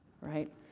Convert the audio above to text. Right